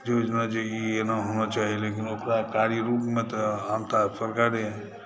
योजना जे एना होना चाही किन्तु एकरा कार्यरुपमे तऽ अनताह सरकारे